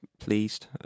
pleased